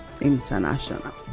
International